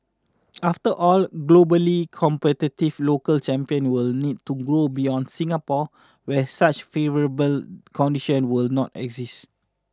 after all globally competitive local champions will need to grow beyond Singapore where such favourable condition will not exist